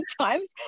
times